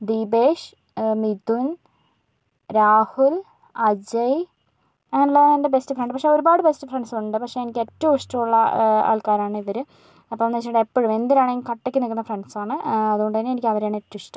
ദീപേഷ് മിഥുൻ രാഹുൽ അജയ് അങ്ങനെയുള്ളവരാണ് എൻ്റെ best friend പക്ഷേ ഒരുപാട് ബെസ്റ്റ് ഫ്രണ്ട്സ് ഉണ്ട് പക്ഷേ എനിക്ക് ഏറ്റവും ഇഷ്ടമുള്ള ആൾക്കാരാണ് ഇവര് അപ്പോ എന്ന് വെച്ചിട്ടുണ്ടെങ്കിൽ എപ്പോഴും എന്തിനാണെങ്കിലും കട്ടക്ക് നിൽക്കുന്ന ഫ്രണ്ട്സ് ആണ് അതുകൊണ്ടുതന്നെ എനിക്ക് അവരെയാണ് എനിക്ക് ഏറ്റവും ഇഷ്ടം